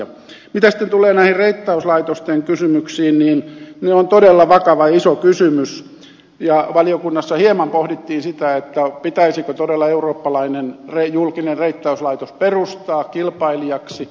mitä sitten tulee reittauslaitosten kysymyksiin ne ovat todella vakava iso kysymys ja valiokunnassa hieman pohdittiin sitä pitäisikö todella eurooppalainen julkinen reittauslaitos perustaa kilpailijaksi